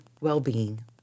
well-being